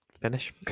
finish